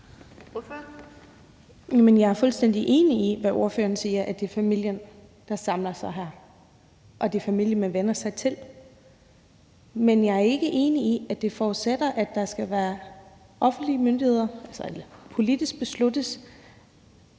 jeg er fuldstændig enig i det, ordføreren siger, nemlig at det er familien, der samler sig her, og at det er familien, man henvender sig til. Men jeg er ikke enig i, at det forudsætter, at det skal besluttes politisk,